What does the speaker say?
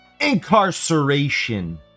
incarceration